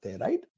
right